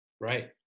Right